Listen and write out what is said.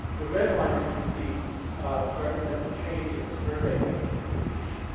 the red line that you see represents a change in the survey methods that were used.